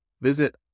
Visit